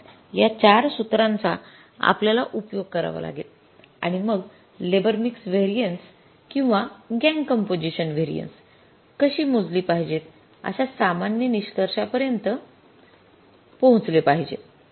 म्हणूनच या 4 सूत्रांचा आपल्याला उपयोग करावा लागेल आणि मग लेबर मिक्स व्हेरिएन्सेस किंवा गॅंग कंपोझिशन व्हेरिएन्सेस कशी मोजली पाहिजेत अशा सामान्य निष्कर्षापर्यंत पोहोचले पाहिजे